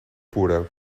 pura